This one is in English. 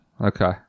Okay